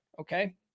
Okay